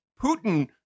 Putin